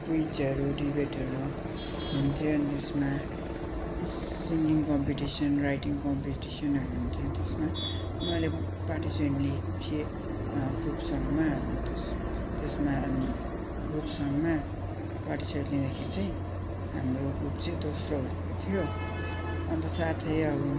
क्विजहरू डिबेटहरू अनि थियो अनि त्यसमा उस सिङ्गिङ कम्पिटिसन राइटिङ कम्पिटिसनहरू हुन्थ्यो त्यसमा मैले पार्टिसन लिएँ थिएँ ग्रुप सङ्गमा त्यस त्यसमा अनि ग्रुप सङ्गमा पार्टिसहरू लिँदाखेरि चाहिँ हाम्रो ग्रुप चाहिँ दोस्रो भएको थियो अन्त साथै अब